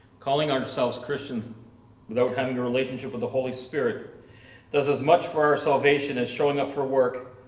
calling ourselves christians without having a relationship with the holy spirit does as much for our salvation as showing up for work,